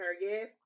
yes